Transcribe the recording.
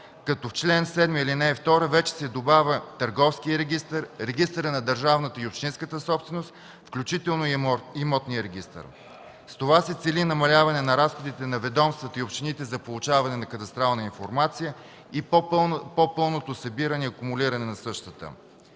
като в чл. 7, ал. 2 вече се добавя Търговският регистър, Регистърът на държавната и общинската собственост, включително и Имотният регистър. С това се цели намаляване на разходите на ведомствата и общините за получаване на кадастрална информация и по-пълното събиране и акумулиране на същата.